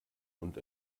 und